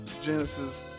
Genesis